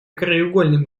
краеугольным